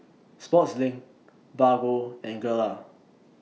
Sportslink Bargo and Gelare